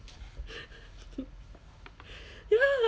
ya lah